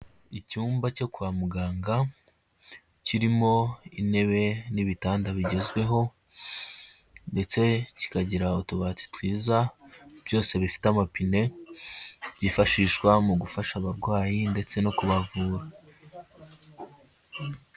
Icyumba cyo kwa muganga, kirimo intebe n'ibitanda bigezweho, ndetse kikagira utubati twiza, byose bifite amapine, byifashishwa mu gufasha abarwayi ndetse no kubavura.